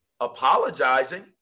apologizing